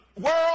World